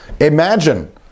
imagine